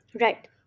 Right